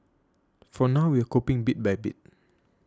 for now we're coping bit by bit